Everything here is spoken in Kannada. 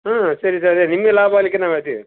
ಹ್ಞೂ ಸರಿ ಸರಿ ಅದೆ ನಿಮಗೆ ಲಾಭ ಆಗಲಿಕ್ಕೆ ನಾವು ಹೇಳ್ತೇವೆ